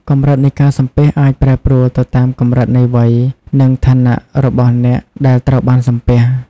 កម្រិតនៃការសំពះ អាចប្រែប្រួលទៅតាមកម្រិតនៃវ័យ និងឋានៈរបស់អ្នកដែលត្រូវបានសំពះ។